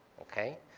okay?